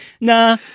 nah